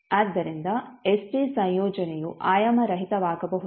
ಆದ್ದರಿಂದ st ಸಂಯೋಜನೆಯು ಆಯಾಮರಹಿತವಾಗಬಹುದು